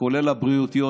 כולל הבריאותיות,